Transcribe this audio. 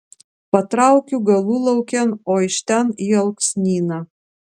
patraukiu galulaukėn o iš ten į alksnyną